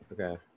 Okay